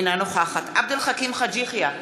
אינה נוכחת עבד אל חכים חאג' יחיא,